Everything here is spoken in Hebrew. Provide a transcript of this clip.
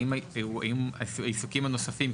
האם העיסוקים הנוספים,